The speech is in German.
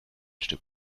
stück